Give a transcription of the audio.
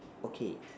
okay